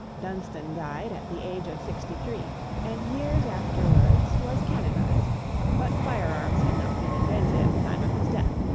dunstan died at the age of sixty-three, and years afterwards was canonized but firearms had not been invented at the time of his death.